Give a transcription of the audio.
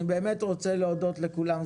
אני באמת רוצה להודות לכולם.